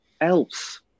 else